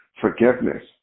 forgiveness